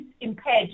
impaired